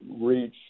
reach